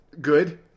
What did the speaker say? good